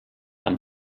amb